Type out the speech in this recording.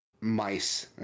mice